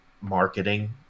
marketing